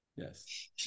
Yes